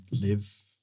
live